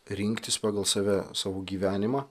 rinktis pagal save savo gyvenimą